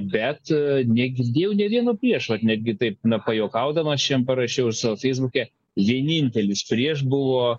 bet negirdėjau nė vieno prieš netgi taip na pajuokaudamas šiandien parašiau savo feisbuke vienintelis prieš buvo